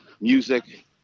music